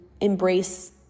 embrace